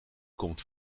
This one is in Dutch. komt